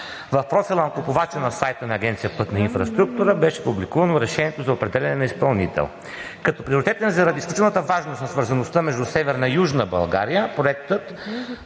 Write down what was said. в профила на купувача на сайта на АПИ беше публикувано решението за определяне на изпълнител. Като приоритетен – заради изключителната важност за свързаността между Северна и Южна България, проектът